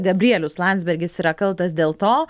gabrielius landsbergis yra kaltas dėl to